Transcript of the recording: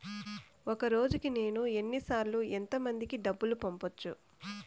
ఒక రోజుకి నేను ఎన్ని సార్లు ఎంత మందికి డబ్బులు పంపొచ్చు?